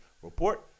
Report